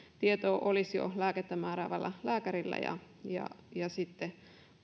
tieto olisi jo lääkettä määräävällä lääkärillä ja ja sitten